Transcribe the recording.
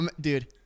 Dude